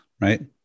right